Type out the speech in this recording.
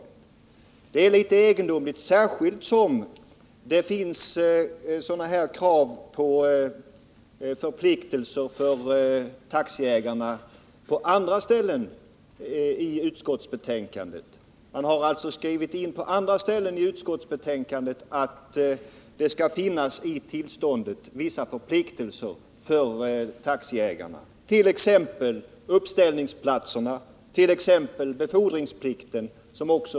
Det är litet egendomligt, särskilt som det talas om sådana här förpliktelser för taxiägarna på andra ställen i betänkandet. Man har sålunda i utskottsbetänkandet skrivit in att det i tillståndet skall anges vissa förpliktelser för taxiägarna, t.ex. uppställningsplatserna och befordringsplikten.